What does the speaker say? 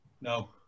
No